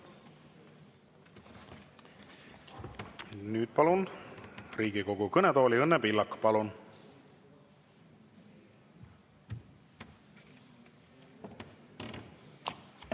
Nüüd palun Riigikogu kõnetooli Õnne Pillaku. Palun!